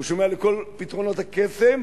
הוא שומע לכל פתרונות הקסם,